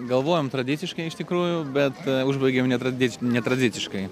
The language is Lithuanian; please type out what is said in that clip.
galvojom tradiciškai iš tikrųjų bet užbaigėm netradicin netradiciškai